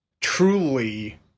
truly